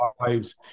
lives